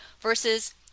versus